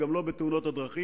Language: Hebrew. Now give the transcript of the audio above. גם לא את תאונות הדרכים,